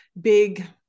big